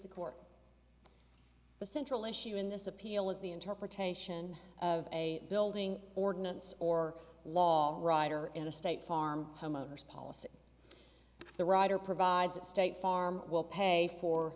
the court the central issue in this appeal is the interpretation of a building ordinance or law rider in a state farm homeowners policy the rider provides that state farm will pay for